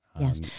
Yes